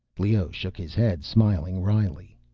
leoh shook his head, smiling wryly.